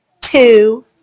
two